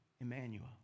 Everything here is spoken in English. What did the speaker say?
Emmanuel